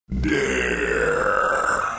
dare